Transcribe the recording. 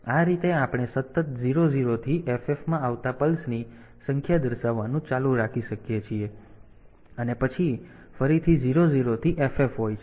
તેથી આ રીતે આપણે સતત 00 થી FF માં આવતા પલ્સની સંખ્યા દર્શાવવાનું ચાલુ રાખી શકીએ છીએ અને પછી ફરીથી 00 થી FF હોય છે